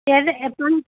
எது எப்போ